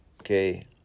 okay